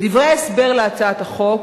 בדברי ההסבר להצעת החוק